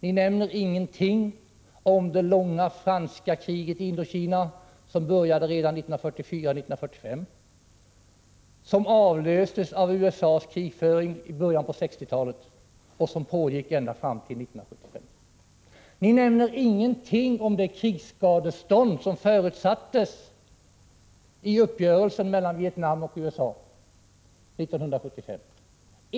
Man nämner ingenting om det långa franska kriget i Indokina, som började redan 1944-1945 och som avlöstes av USA:s krig i början av 1960-talet, vilket pågick ända fram till 1975. Man nämner ingenting om det krigsskadestånd som förutsattes i uppgörelsen mellan Vietnam och USA 1975.